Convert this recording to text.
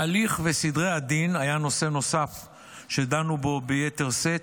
ההליך וסדרי הדין היו נושא נוסף שדנו בו ביתר שאת.